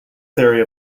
theory